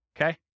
Okay